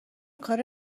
کار